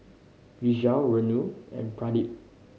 Vishal Renu and Pradip